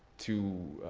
to